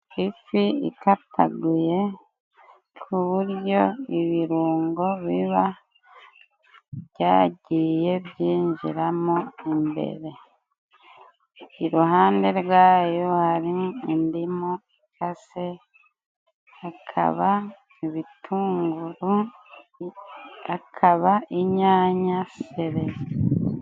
Ifi ikataguye ku buryo ibirungo biba byagiye byinjira mo imbere. Iruhande rwa yo hari indimu ikase, hakaba ibitunguru. hakaba inyanya, sereri.